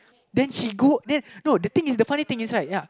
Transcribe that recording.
then she go then no the thing is the funny thing is right ya